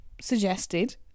suggested